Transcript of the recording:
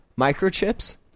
microchips